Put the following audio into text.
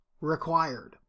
required